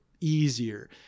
easier